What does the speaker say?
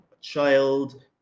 child